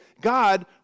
God